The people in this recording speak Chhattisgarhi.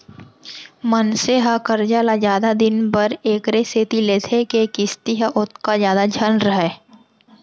मनसे ह करजा ल जादा दिन बर एकरे सेती लेथे के किस्ती ह ओतका जादा झन रहय